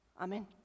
Amen